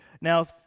Now